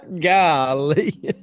Golly